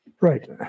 Right